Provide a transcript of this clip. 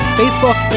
facebook